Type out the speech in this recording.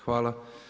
Hvala.